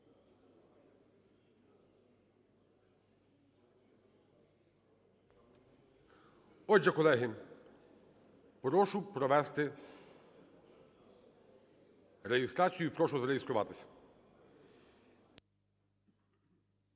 Отже, колеги, прошу провести реєстрацію і прошу зареєструватись.